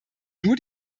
nur